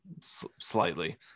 slightly